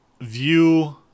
view